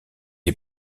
est